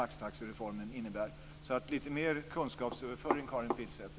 Det behövs lite mer kunskapsöverföring, Karin Pilsäter!